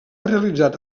realitzat